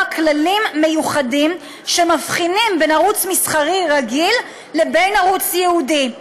כללים מיוחדים שמבחינים בין ערוץ מסחרי רגיל לבין ערוץ ייעודי,